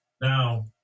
now